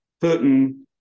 Putin